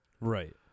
Right